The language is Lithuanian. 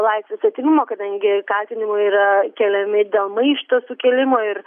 laisvės atėmimo kadangi kaltinimai yra keliami dėl maišto sukėlimo ir